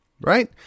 right